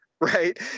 right